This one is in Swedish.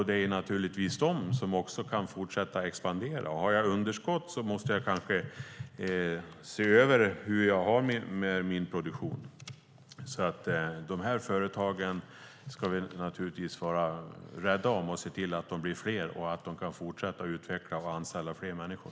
Det är också de som kan fortsätta att expandera. Har man ett överskott måste man se över hur produktionen ser ut. Vi ska vara rädda om de här företagen och se till att de blir fler och att de kan fortsätta att utvecklas och anställa fler människor.